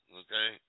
okay